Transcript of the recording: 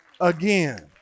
again